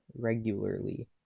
regularly